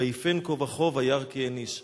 ויפן כה וכה וירא כי אין איש".